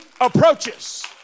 approaches